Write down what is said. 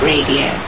Radio